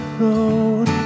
road